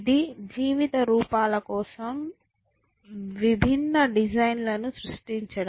ఇది జీవిత రూపాల కోసం విభిన్న డిజైన్ లను సృష్టించడం